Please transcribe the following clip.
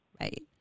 right